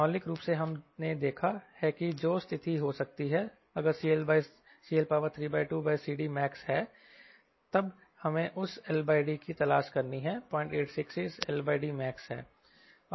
मौलिक रूप से हमने देखा है कि जो भी स्थिति हो सकती है अगर CL32CD max हैं तब हमें उस LD की तलाश करनी है 0866 LDmax है